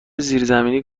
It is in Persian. زیرزمینی